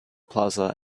plaza